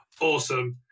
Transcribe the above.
Awesome